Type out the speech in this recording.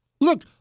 Look